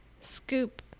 scoop